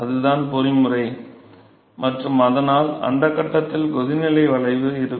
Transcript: அதுதான் பொறிமுறை மற்றும் அதனால் அந்த கட்டத்தில் கொதிநிலை வளைவு இருக்கும்